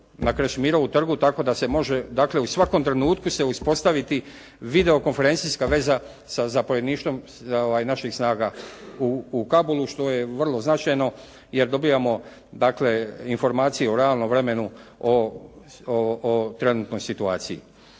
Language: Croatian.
tako da se može, dakle u svakom trenutku se uspostaviti video konferencijska veza sa zapovjedništvom naših snaga u Kabulu što je vrlo značajno, jer dobivamo dakle informacije o realnom vremenu, o trenutnoj situaciji.